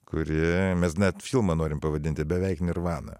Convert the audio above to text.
kuri mes net filmą norim pavadinti beveik nirvana